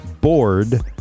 bored